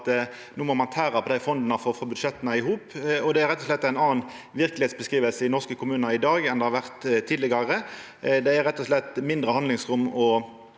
at ein må tæra på dei fonda for å få budsjetta til å gå i hop. Det er rett og slett ei anna verkelegheitsbeskriving i norske kommunar i dag enn det har vore tidlegare. Dei har rett og slett mindre handlingsrom